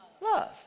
love